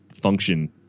function